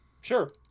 Sure